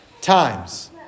times